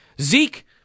Zeke